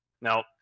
Now